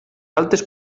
altres